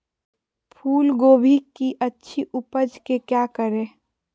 फूलगोभी की अच्छी उपज के क्या करे?